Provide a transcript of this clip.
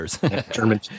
German